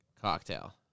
Cocktail